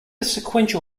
sequential